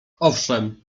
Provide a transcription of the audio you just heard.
owszem